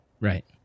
Right